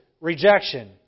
rejection